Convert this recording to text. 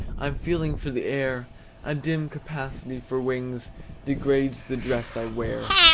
i'm feeling for the air a dim capacity for wings degrades the dress i wear.